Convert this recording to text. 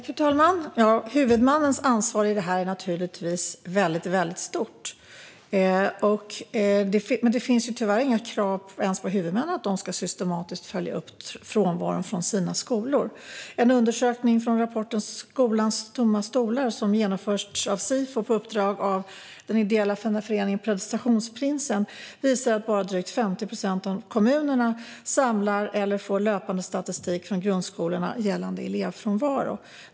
Fru talman! Huvudmannens ansvar för detta är naturligtvis mycket stort. Men det finns tyvärr inga krav ens på att huvudmännen systematiskt ska följa upp frånvaron som kommer från deras skolor. En undersökning från rapporten Skolans tomma stolar , som genomförts av Sifo på uppdrag av den ideella föreningen Prestationsprinsen, visar att bara drygt 50 procent av kommunerna samlar in eller får löpande statistik från grundskolorna gällande elevfrånvaro.